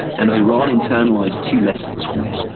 and iran internalised two lessons from this.